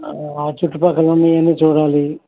ఆ చుట్టుపక్కలన్నీ ఏమి చూడాలి